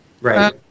Right